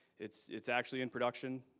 it's it's actually in production,